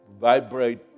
vibrate